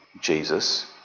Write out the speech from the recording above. Jesus